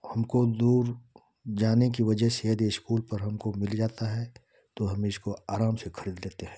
हमको दूर जाने की वजह से यदि इश्कूल पर हमको मिल जाता है तो हम इसको आराम से ख़रीद लेते हैं